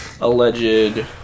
Alleged